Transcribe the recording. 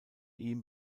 ihm